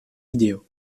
vidéo